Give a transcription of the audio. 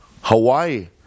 Hawaii